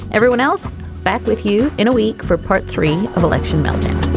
everyone else back with you in a week for part three of election meltdown